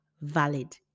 valid